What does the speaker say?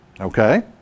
okay